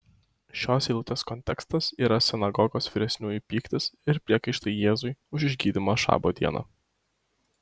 šios eilutės kontekstas yra sinagogos vyresniųjų pyktis ir priekaištai jėzui už išgydymą šabo dieną